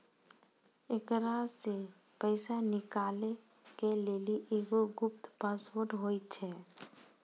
एकरा से पैसा निकालै के लेली एगो गुप्त पासवर्ड होय छै